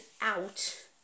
out